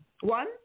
one